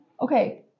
okay